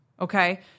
Okay